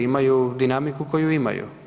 Imaju dinamiku koju imaju.